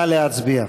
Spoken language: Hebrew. נא להצביע.